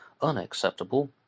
unacceptable